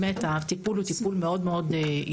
הטיפול הוא טיפול מאוד אישי.